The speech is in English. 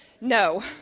No